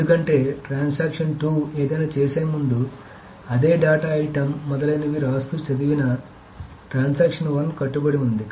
ఎందుకంటే ట్రాన్సాక్షన్ 2 ఏదైనా చేసే ముందు అదే డేటా ఐటెమ్ మొదలైనవి రాస్తూ చదివినా ట్రాన్సాక్షన్ 1 కట్టుబడి ఉంది